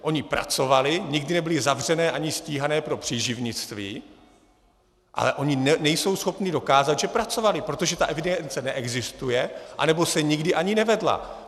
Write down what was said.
Ony pracovaly, nikdy nebyly zavřené ani stíhané pro příživnictví, ale ony nejsou schopny dokázat, že pracovaly, protože ta evidence neexistuje, anebo se nikdy ani nevedla.